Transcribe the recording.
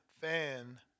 fan